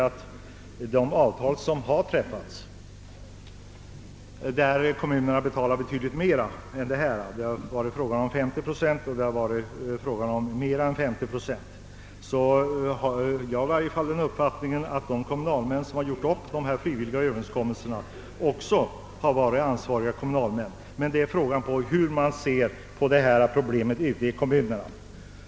I de avtal som har träffats med kommunerna om bidrag på 50 procent eller mera har dock ansvariga kommunalmän gått med på dessa överenskommelser, men frågan är hur kommunernas invånare ställer sig härtill.